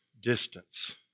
distance